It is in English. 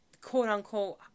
quote-unquote